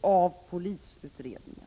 av polisutredningar.